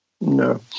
No